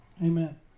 Amen